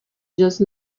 just